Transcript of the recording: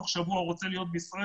תוך שבוע הוא רוצה להיות בישראל